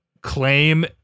claim